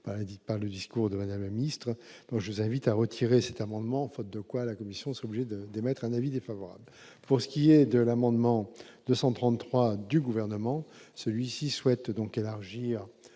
par les propos de Mme la ministre. Je vous invite donc à retirer cet amendement, faute de quoi la commission sera obligée d'émettre un avis défavorable. Pour ce qui est de l'amendement n° 233, le Gouvernement souhaite élargir